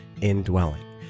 Indwelling